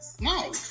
No